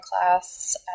class